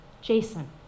Jason